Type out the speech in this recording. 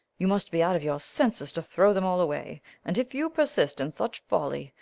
you must be out of your senses to throw them all away and if you persist in such folly,